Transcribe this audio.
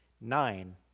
Nine